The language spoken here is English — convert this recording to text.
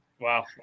Wow